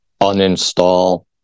uninstall